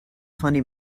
funny